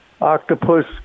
octopus